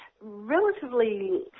relatively